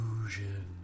illusion